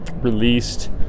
Released